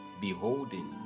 beholding